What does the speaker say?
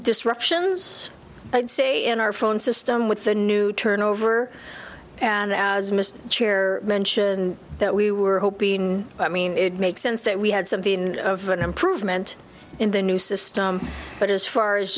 disruptions i'd say in our phone system with the new turn over and as mr chair mentioned that we were hoping i mean it makes sense that we had somethin of an improvement in the new system but as far as